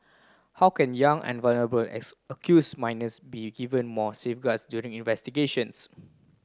how can Young and vulnerable accused minors be given more safeguards during investigations